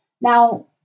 Now